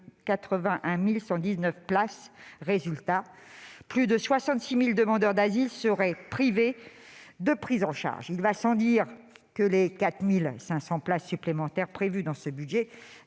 81 119 places. Ainsi, plus de 66 000 demandeurs d'asile seraient privés de prise en charge. Cela va sans dire, les 4 500 places supplémentaires prévues dans ce budget